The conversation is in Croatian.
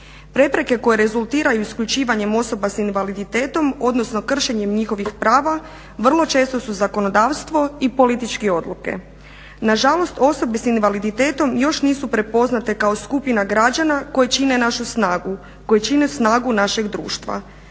Prepreke koje rezultiraju isključivanjem osoba sa invaliditetom, odnosno kršenjem njihovih prava vrlo često su zakonodavstvo i političke odluke. Na žalost osobe sa invaliditetom još nisu prepoznate kao skupina građana koji čine našu snagu, koji čine snagu našeg društva.